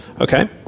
Okay